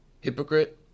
Hypocrite